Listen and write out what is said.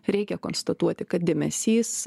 reikia konstatuoti kad dėmesys